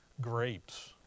grapes